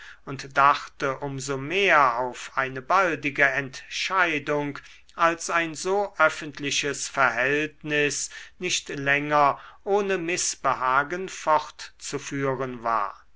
und dachte um so mehr auf eine baldige entscheidung als ein so öffentliches verhältnis nicht länger ohne mißbehagen fortzuführen war